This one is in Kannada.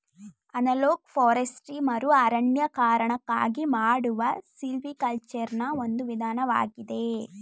ಅನಲೋಗ್ ಫೋರೆಸ್ತ್ರಿ ಮರುಅರಣ್ಯೀಕರಣಕ್ಕಾಗಿ ಮಾಡುವ ಸಿಲ್ವಿಕಲ್ಚರೆನಾ ಒಂದು ವಿಧಾನವಾಗಿದೆ